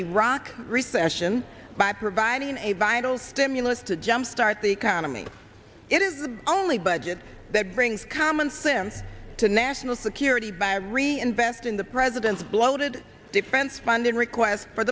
iraq recession by providing a vital stimulus to jumpstart the economy it is the only budget that brings common sense to national security by reinvest in the president's bloated defense funding request for